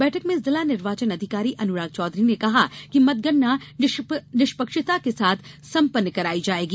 बैठक में जिला निर्वाचन अधिकारी अनुराग चौधरी ने कहा कि मतगणना निष्पक्षता के साथ सम्पन्न कराई जायेगी